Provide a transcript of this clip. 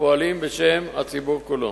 הפועלים בשם הציבור כולו.